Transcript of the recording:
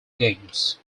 games